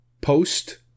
post